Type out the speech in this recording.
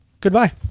goodbye